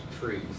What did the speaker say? trees